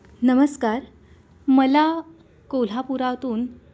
नमस्कार मला कोल्हापुरातून